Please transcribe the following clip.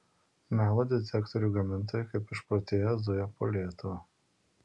melo detektorių gamintojai kaip išprotėję zuja po lietuvą